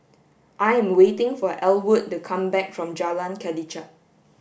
I am waiting for Elwood to come back from Jalan Kelichap